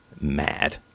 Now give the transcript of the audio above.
mad